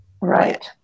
right